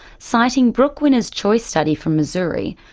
citing brooke winner's choice study from missouri,